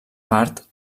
part